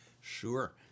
sure